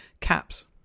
caps